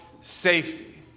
safety